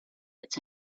it’s